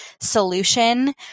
solution